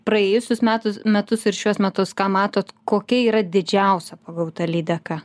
praėjusius metus metus ir šiuos metus ką matot kokia yra didžiausia pagauta lydeka